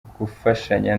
gufashanya